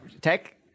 tech